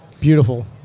Beautiful